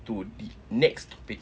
to the next topic